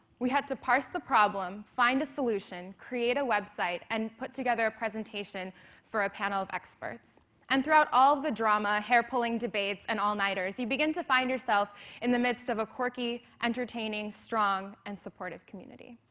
we had to parse the problem, find a solution, create a website, and put together a presentation for a panel of experts and throughout all the drama, hair pulling debates and all-nighters you begin to find yourself in the midst of a quirky, entertaining, strong and supportive community.